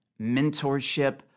mentorship